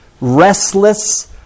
restless